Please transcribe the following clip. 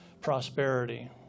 prosperity